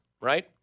Right